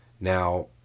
Now